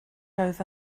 over